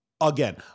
again